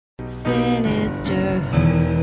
Sinisterhood